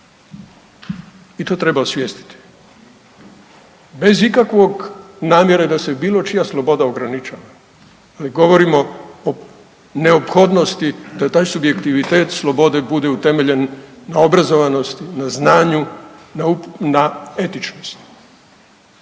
i to treba osvijestiti, bez ikakve namjere da se bilo čija sloboda ograničava, ali govorimo o neophodnosti da taj subjektivitet slobode bude utemeljen na obrazovanosti, na znanju, na etičnosti.